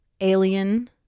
alien